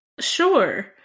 Sure